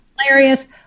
hilarious